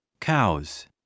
Cows